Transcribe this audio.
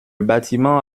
bâtiment